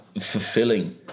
fulfilling